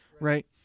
Right